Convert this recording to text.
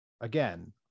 again